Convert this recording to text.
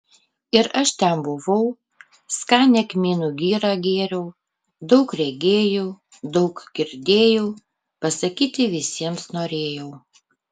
ir aš ten buvau skanią kmynų girą gėriau daug regėjau daug girdėjau pasakyti visiems norėjau